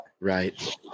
Right